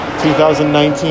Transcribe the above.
2019